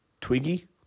Twiggy